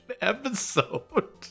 episode